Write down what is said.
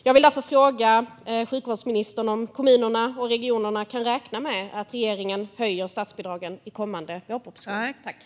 Jag vill därför fråga sjukvårdsministern om kommunerna och regionerna kan räkna med att regeringen höjer statsbidragen i kommande vårproposition.